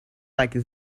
like